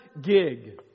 gig